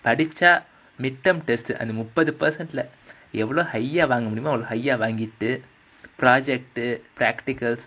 படிச்சா:padichaa midterm test அந்த முப்பது:andha muppathu project வாங்கிட்டு:vaangittu practical